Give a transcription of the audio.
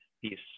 peace